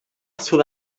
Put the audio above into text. sud